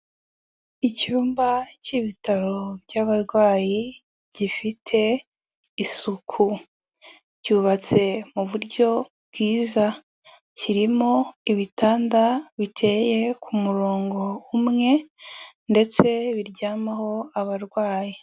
Icyumba k'ibitaro by'abarwayi gifite isuku, cyubatse mu buryo bwiza, kirimo ibitanda biteye ku murongo umwe ndetse biryamaho abarwayi.